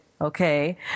okay